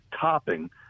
topping